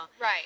Right